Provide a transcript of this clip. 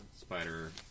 spider